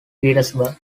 petersburg